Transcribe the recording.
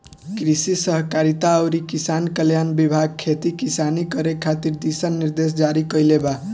कृषि सहकारिता अउरी किसान कल्याण विभाग खेती किसानी करे खातिर दिशा निर्देश जारी कईले बा